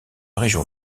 région